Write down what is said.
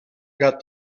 got